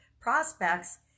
prospects